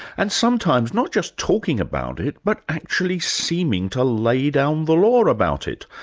and sometimes not just talking about it but actually seeming to lay down the law about it.